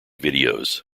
videos